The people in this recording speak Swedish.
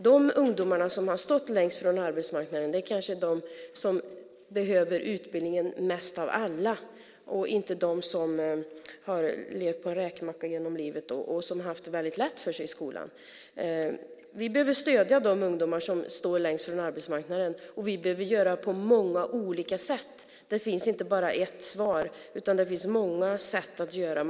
De ungdomar som stått längst ifrån arbetsmarknaden är de som kanske mest av alla behöver utbildningen, inte de som åkt på en räkmacka genom livet och haft det lätt för sig i skolan. Vi behöver stödja de ungdomar som står längst ifrån arbetsmarknaden, och vi behöver göra det på många olika sätt. Det finns inte endast ett sätt, utan det finns många sätt att göra det på.